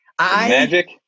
magic